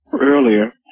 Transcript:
earlier